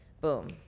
boom